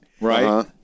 right